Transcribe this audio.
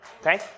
okay